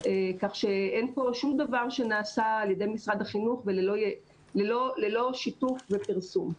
כך שאין פה שום דבר שנעשה על ידי משרד החינוך ללא שיתוף ופרסום.